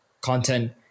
content